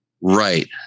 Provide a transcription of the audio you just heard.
Right